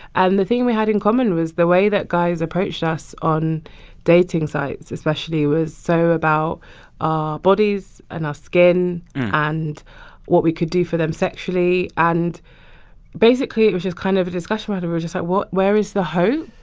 and the thing we had in common was the way that guys approached us on dating sites, especially, was so about our bodies and our skin and what we could do for them sexually. and basically, it was just kind of a discussion about it where we're just like, what where is the hope?